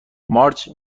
مارج